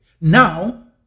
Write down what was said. Now